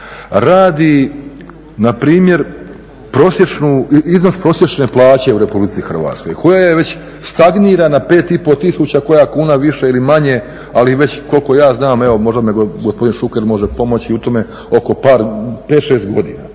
radi npr. prosječnu, iznos prosječne plaće u Hrvatskoj koja već stagnira na 5,5 tisuća, koja kuna više ili manje ali već evo koliko ja znam, evo možda mi gospodin Šuker pomoći u tome oko par, 5, 6 godina